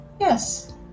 Yes